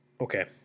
Okay